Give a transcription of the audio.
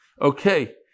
Okay